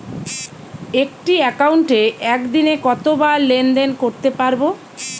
একটি একাউন্টে একদিনে কতবার লেনদেন করতে পারব?